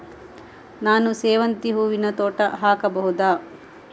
ನಾನು ಸೇವಂತಿ ಹೂವಿನ ತೋಟ ಹಾಕಬಹುದಾ?